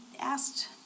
asked